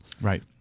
Right